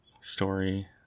story